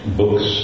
books